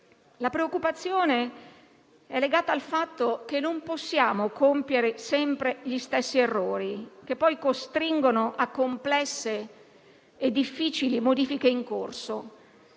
La preoccupazione è legata al fatto che non possiamo compiere sempre gli stessi errori che poi costringono a complesse e difficili modifiche in corso.